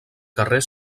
carrer